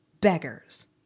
beggars